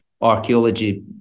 archaeology